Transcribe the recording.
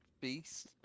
beast